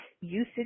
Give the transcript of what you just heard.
usage